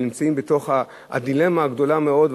הם נמצאים בדילמה גדולה מאוד,